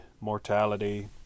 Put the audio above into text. mortality